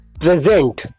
present